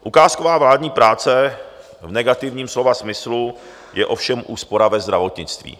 Ukázková vládní práce v negativním slova smyslu je ovšem úspora ve zdravotnictví.